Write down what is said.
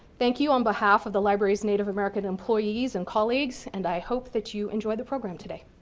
thank you on behalf of the library's native american employees and colleagues, and i hope that you enjoy the program today.